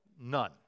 none